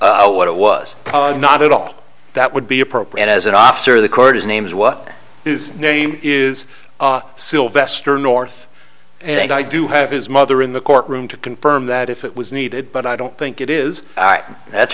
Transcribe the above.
what it was not at all that would be appropriate as an officer of the court his name is what whose name is sylvester north and i do have his mother in the courtroom to confirm that if it was needed but i don't think it is and that's